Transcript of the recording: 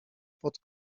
pod